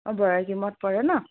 অঁ বৈৰাগীমঠ পৰে ন